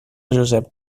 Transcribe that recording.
josep